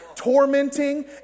tormenting